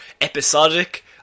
episodic